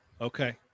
Okay